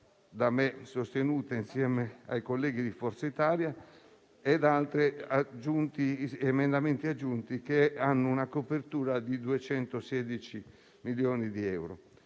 da me sostenuta insieme ai colleghi di Forza Italia), ed altri emendamenti aggiunti che hanno una copertura di 216 milioni di euro.